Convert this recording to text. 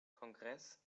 kongress